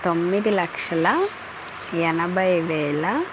తొమ్మిది లక్షల ఎనభైవేల